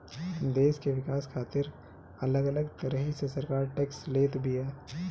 देस के विकास खातिर अलग अलग तरही से सरकार टेक्स लेत बिया